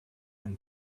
and